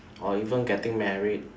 or even getting married